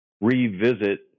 revisit